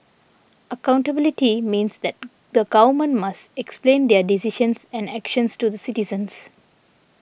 accountability means that the Government must explain their decisions and actions to the citizens